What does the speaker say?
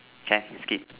can I just skip